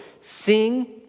sing